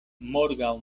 morgaŭ